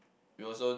we also